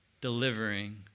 delivering